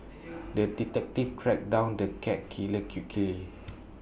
the detective tracked down the cat killer quickly